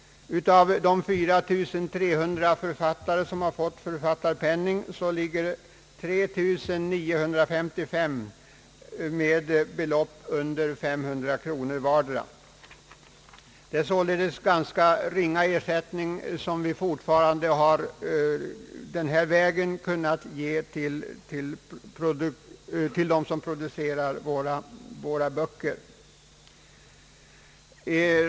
Av de 4300 författare som har fått författarpenning ligger 3 955 på belopp under 500 kronor. Det är således fortfarande en ganska ringa ersättning som vi den här vägen kunnat ge till dem som producerar våra böcker.